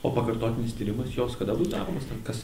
o pakartotinis tyrimas jos kada bus daromos ten kas